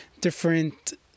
different